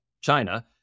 China